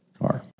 car